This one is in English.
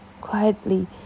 quietly